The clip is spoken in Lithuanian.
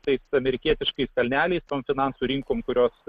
tais amerikietiškais kalneliais tom finansų rinkom kurios